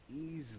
Easily